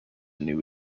new